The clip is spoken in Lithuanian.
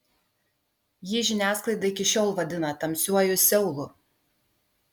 jį žiniasklaida iki šiol vadina tamsiuoju seulu